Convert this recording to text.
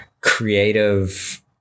creative